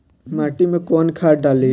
माटी में कोउन खाद डाली?